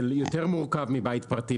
זה יותר מורכב מבית פרטי,